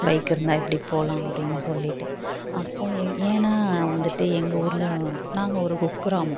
bike இருந்தால் இப்படி போகலாம் அப்படின்னு சொல்லிட்டு அப்போது ஏன் ஏன்னா வந்துட்டு எங்கள் ஊர்ல நாங்கள் ஒரு குக் கிராமம்